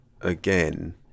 again